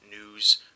news